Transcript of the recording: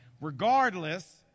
regardless